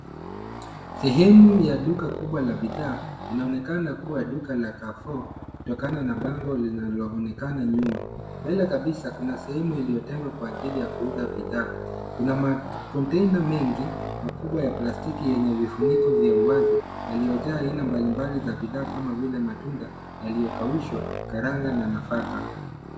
Sehemu ya duka kubwa la bidhaa inaonekana kuwa duka la Carrefour kutokana na bango linaonekana nyuma. Mbele kabisa kuna sehemu iliyotengwa kwa ajili ya kuuza la bidhaa. Kuna makonteina mengi, makubwa ya plastiki yenye vifuniko vya uwazi yaliyojaa aina mbalimbali za bidhaa kama vile matunda yaliyokaushwa karanga na nafaka.